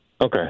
Okay